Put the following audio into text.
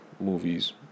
movies